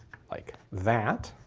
like that.